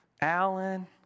Alan